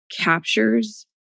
captures